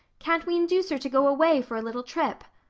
can't we induce her to go away for a little trip?